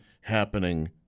happening